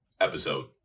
episode